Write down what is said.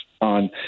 on